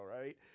right